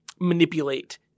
manipulate